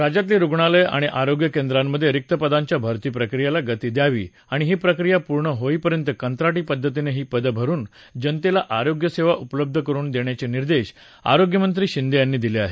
राज्यातली रूग्णालयं आणि आरोग्यकेद्रांमधल्या रिक पदांच्या भरती प्रक्रियेला गती द्यावी आणि ही प्रक्रिया पूर्ण होईपर्यंत कंत्राटी पद्धतीनं ही पदं भरून जनतेला आरोग्यसेवा उपलब्ध करून देण्याचे निर्देश आरोग्यमंत्री शिंदे यांनी दिले आहेत